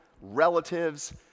relatives